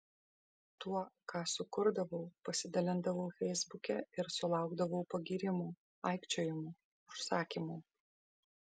tuo ką sukurdavau pasidalindavau feisbuke ir sulaukdavau pagyrimų aikčiojimų užsakymų